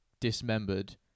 dismembered